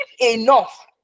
enough